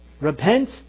repent